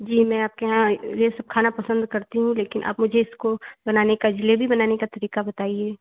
जी मैं आपके यहाँ यह सब खाना पसंद करती हूँ लेकिन आप मुझे इसको बनाने का जलेबी बनाने का तरीका बताइए